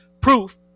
proof